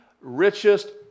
richest